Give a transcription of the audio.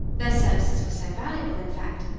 their services were so valuable, in fact,